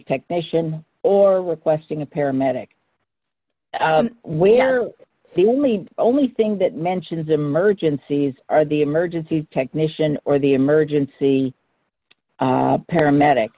technician or requesting a paramedic where the only only thing that mentions emergencies are the emergency technician or the emergency paramedic